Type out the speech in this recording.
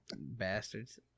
Bastards